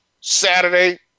Saturday